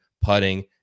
putting